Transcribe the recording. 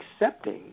accepting